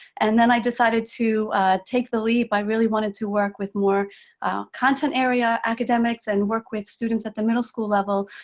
and then i decided to take the leap. i really wanted to work with more content area academics, and work with students at the middle school level.